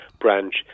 branch